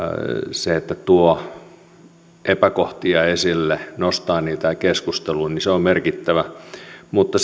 se että tuo epäkohtia esille nostaa niitä keskusteluun on merkittävää mutta